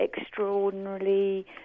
extraordinarily